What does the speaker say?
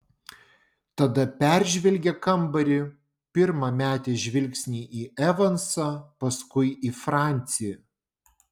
tada peržvelgė kambarį pirma metė žvilgsnį į evansą paskui į francį